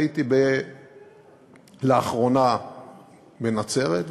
והייתי לאחרונה בנצרת,